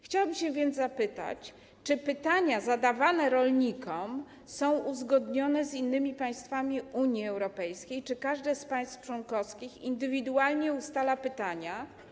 Chciałabym więc się zapytać: Czy pytania zadawane rolnikom są uzgodnione z innymi państwami Unii Europejskiej, czy każde państwo członkowskie indywidualnie ustala pytania?